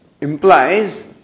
implies